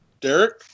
Derek